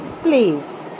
please